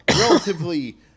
relatively